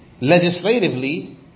Legislatively